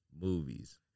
movies